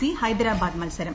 C Hyderabad മത്സരം